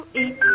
eat